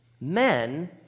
men